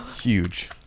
Huge